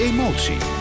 Emotie